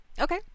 Okay